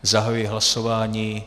Zahajuji hlasování.